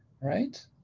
right